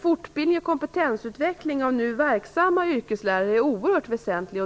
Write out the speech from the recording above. Fortbildning och kompetensutveckling av nu verksamma yrkeslärare är oerhört väsentlig.